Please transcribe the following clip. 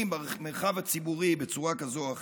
במרחב הציבורי בצורה כזאת או אחרת,